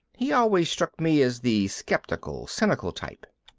he always struck me as the skeptical, cynical type.